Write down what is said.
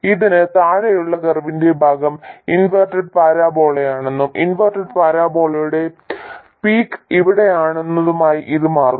ഇതിന് താഴെയുള്ള കർവിന്റെ ഭാഗം ഇൻവെർട്ടഡ് പരാബോളയാണെന്നും ഇൻവെർട്ടഡ് പരാബോളയുടെ പീക്ക് ഇവിടെയാണെന്നുമായി ഇത് മാറുന്നു